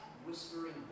whispering